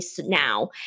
now